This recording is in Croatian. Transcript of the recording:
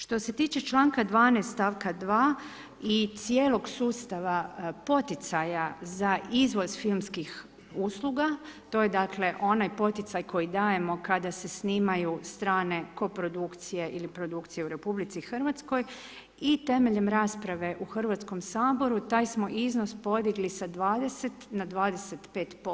Što se tiče članka 12. stavka 2. i cijelog sustava poticaja za izvoz filmskih usluga, to je dakle onaj poticaj koji dajemo kada se snimaju strane koprodukcije ili produkcije u RH i temeljem rasprave u Hrvatskom saboru taj smo iznos podigli sa 20 na 25%